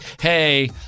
Hey